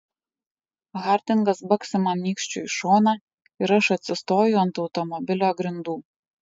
hardingas baksi man nykščiu į šoną ir aš atsistoju ant automobilio grindų